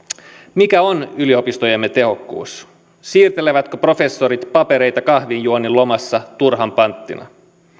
mikä on yliopistojemme tehokkuus siirtelevätkö professorit papereita kahvinjuonnin lomassa turhan panttina